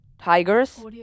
Tigers